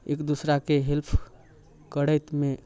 एक दूसराके हेल्प करैतमे